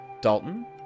Dalton